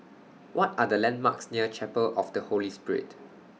What Are The landmarks near Chapel of The Holy Spirit